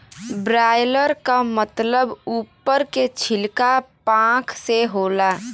broiler क मतलब उप्पर के छिलका पांख से होला